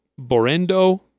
Borendo